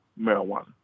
marijuana